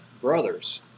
brothers